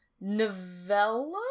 novella